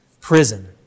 prison